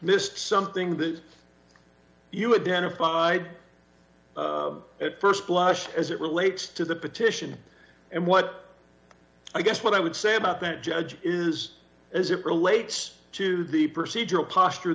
missed something that you would benefit by at st blush as it relates to the petition and what i guess what i would say about that judge is as it relates to the procedural posture